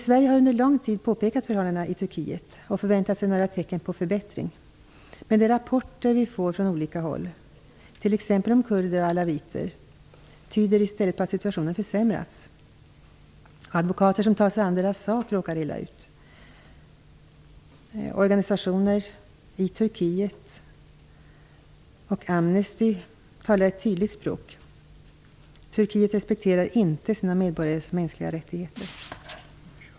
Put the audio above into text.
Sverige har under lång tid påpekat förhållandena i Turkiet och förväntat sig några tecken på förbättring. Men de rapporter vi får från olika håll, t.ex. om kurder och alawiter, tyder i stället på att situationen försämrats. Advokater som tar sig an deras sak råkar illa ut. Organisationer i Turkiet och Amnesty talar ett tydligt språk. Turkiet respekterar inte sina medborgares mänskliga rättigheter.